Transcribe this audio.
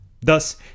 Thus